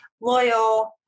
loyal